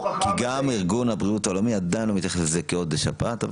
כי גם ארגון הבריאות העולמי עדיין לא מתייחס לזה כעוד שפעת.